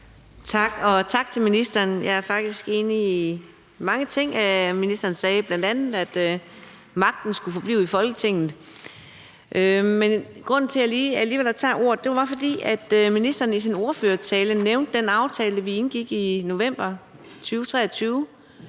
tak til ministeren. Jeg er faktisk enig i mange af de ting, ministeren sagde, bl.a. at magten skulle forblive i Folketinget. Men grunden til, at jeg alligevel tager ordet, er, at ministeren i sin tale nævnte den aftale, som vi indgik i november 2023,